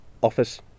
office